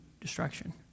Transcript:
destruction